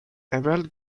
emerald